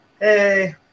Hey